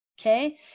okay